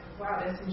wow